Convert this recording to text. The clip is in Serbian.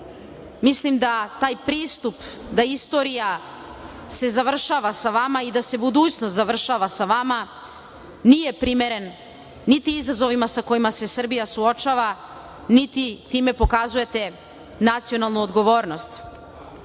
mislim da taj pristup da istorija se završava sa vama i da se budućnost završava sa vama nije primeren niti izazovima sa kojima se Srbija suočava, niti time pokazujete nacionalnu odgovornost. Čula